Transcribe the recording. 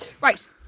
right